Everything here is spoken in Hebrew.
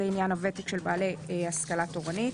זה עניין הוותק של בעלי השכלה תורנית.